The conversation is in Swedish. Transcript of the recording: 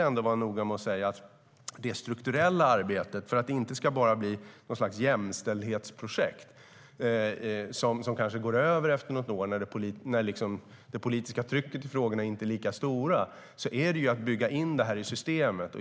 För att det strukturella arbetet inte ska bli bara ett jämställdhetsprojekt som går över efter ett år när det politiska trycket inte är lika stort måste vi bygga in detta i systemet.